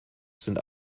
sind